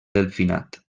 delfinat